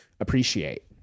Appreciate